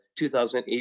2008